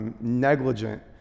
negligent